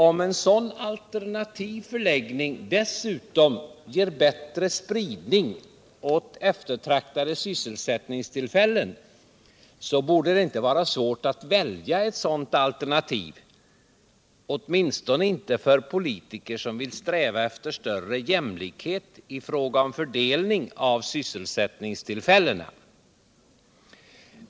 Om en sådan alternativ förläggning dessutom ger bättre spridning åt eftertraktade sysselsättningstillfällen, så borde det inte vara svårt att välja ett dylikt alternativ, åtminstone inte för politiker som vill sträva efter större jämlikhet i fråga om fördelning av sysselsättningstillfällena.